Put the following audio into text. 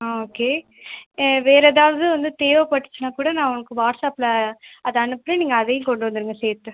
ஆ okay வேறு ஏதாவது வந்து தேவைப்பட்டுச்சினா கூட நான் உங்களுக்கு வாட்ஸாப்பில் அதை அனுப்புகிறேன் நீங்கள் அதையும் கொண்டு வந்துடுங்க சேர்த்து